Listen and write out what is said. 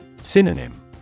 Synonym